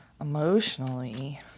Emotionally